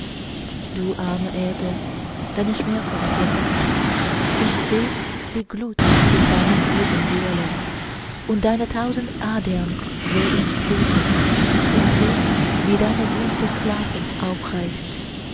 du arme erde deine schmerzen kenn ich ich seh die glut in deinem busen wühlen und deine tausend adern seh ich bluten und seh wie deine wunde klaffend aufreißt